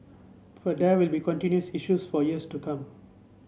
but there will be contentious issues for years to come